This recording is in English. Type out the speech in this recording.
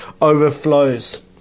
overflows